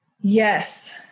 Yes